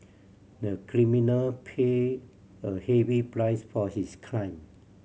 the criminal paid a heavy price for his clime